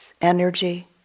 energy